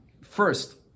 first